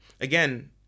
again